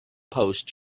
post